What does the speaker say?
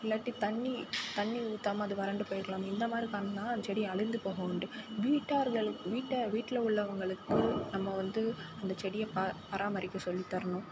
இல்லாட்டி தண்ணிர் தண்ணிர் ஊற்றாம அது வறண்டு போயிடலாம் இந்தமாதிரி பண்ணால் அந்த செடி அழிந்து போக உண்டு வீட்டார்கள் வீட்டை வீட்டில் உள்ளவங்களுக்கு நம்ம வந்து அந்த செடியை பராமரிக்க சொல்லி தரணும்